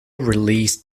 released